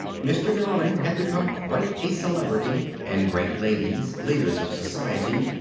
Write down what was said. mr. darling had become quite a celebrity, and great ladies, leaders of society,